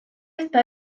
está